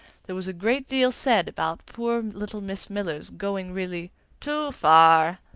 there was a great deal said about poor little miss miller's going really too far.